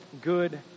good